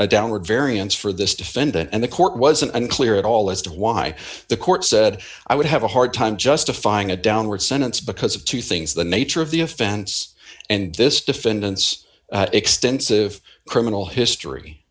a downward variance for this defendant and the court was unclear at all as to why the court said i would have a hard time justifying a downward sentence because of two things the nature of the offense and this defendant's extensive criminal history